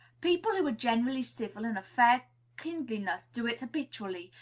people who are generally civil and of fair kindliness do it habitually,